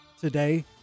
today